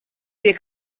pie